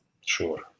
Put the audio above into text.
sure